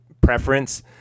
preference